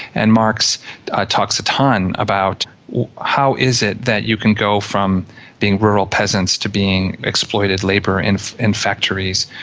and marx talks a tonne about how is it that you can go from being rural peasants to being exploited labour in in factories.